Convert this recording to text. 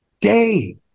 day